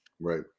Right